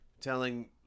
telling